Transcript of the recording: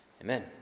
Amen